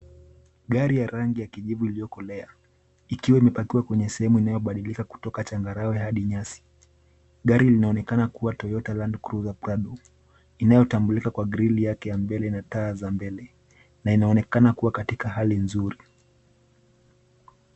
Gari ya rangi ya kijivu iliyokolea ikiwa imepakiwa kwenye sehemu inayobadilika kutoka changarawe hadi nyasi. Gari linaonekana kuwa Toyota Land Cruiser Prado inayotambulika kwa grili yake ya mbele na taa za mbele na inaonekana kuwa katika hali nzuri.